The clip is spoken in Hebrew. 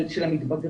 אבל של המתבגרים,